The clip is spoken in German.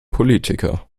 politiker